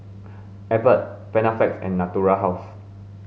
Abbott Panaflex and Natura House